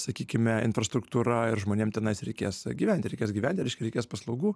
sakykime infrastruktūra ir žmonėm tenais reikės gyventi reikės gyventi reiškia reikės paslaugų